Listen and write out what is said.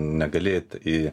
negali eit į